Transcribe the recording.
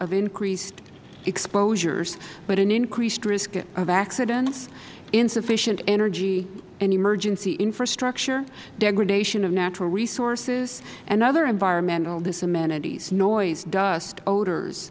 of increased exposures but an increased risk of accidents insufficient energy and emergency infrastructure degradation of national resources and other environmental disamenities noise dust odors